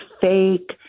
fake